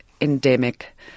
endemic